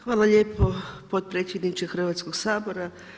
Hvala lijepo potpredsjedniče Hrvatskoga sabora.